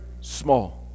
small